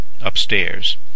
upstairs